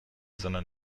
sondern